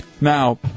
Now